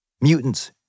mutants